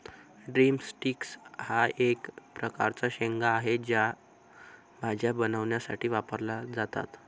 drum sticks हा एक प्रकारचा शेंगा आहे, त्या भाज्या बनवण्यासाठी वापरल्या जातात